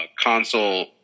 console